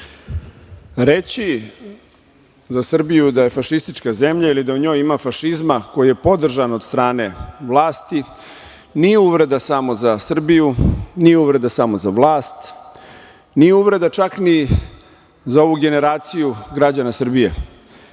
Reći za Srbiju da je fašistička zemlja ili da u njoj ima fašizma koji je podržan od strane vlasti nije uvreda samo za Srbiju, nije uvreda samo za vlast, nije uvreda čak ni za ovu generaciju građana Srbije,